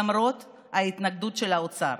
למרות ההתנגדות של האוצר.